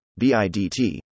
BIDT